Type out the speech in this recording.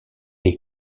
est